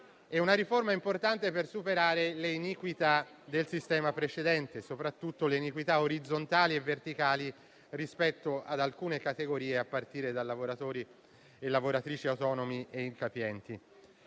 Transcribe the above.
È una riforma importante anche per superare le iniquità del sistema precedente, soprattutto quelle orizzontali e verticali rispetto ad alcune categorie, a partire da lavoratrici e lavoratori autonomi e incapienti.